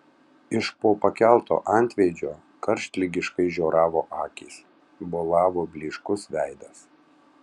iš po pakelto antveidžio karštligiškai žioravo akys bolavo blyškus veidas